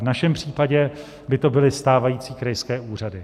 V našem případě by to byly stávající krajské úřady.